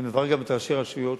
אני מברך גם את ראשי הרשויות,